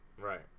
Right